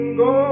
go